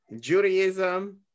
Judaism